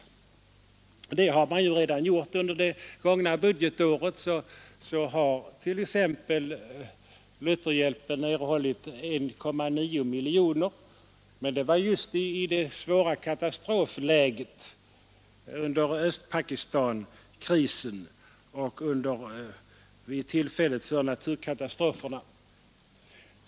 Det har man ju redan gjort. Under det gångna budgetåret har t.ex. Lutherhjälpen erhållit 1,9 miljoner kronor. Men det var just i det svåra katastrofläget under Östpakistankrisen och när naturkatastroferna inträffade.